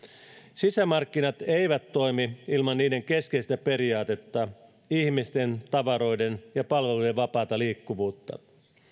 sisämarkkinat eivät toimi ilman niiden keskeistä periaatetta ihmisten tavaroiden ja palveluiden vapaata liikkuvuutta